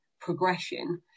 progression